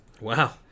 Wow